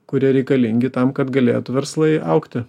kurie reikalingi tam kad galėtų verslai augti